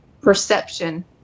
perception